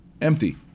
Empty